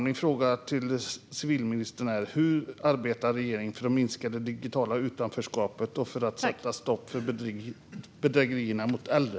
Min fråga till civilministern är: Hur arbetar regeringen för att minska det digitala utanförskapet och för att sätta stopp för bedrägerierna mot äldre?